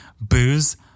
booze